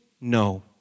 No